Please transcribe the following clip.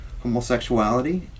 homosexuality